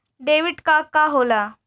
Debit card का होला?